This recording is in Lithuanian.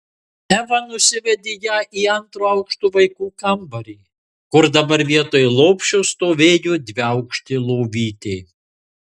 eva nusivedė ją į antro aukšto vaikų kambarį kur dabar vietoj lopšio stovėjo dviaukštė lovytė